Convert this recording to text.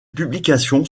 publications